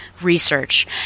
research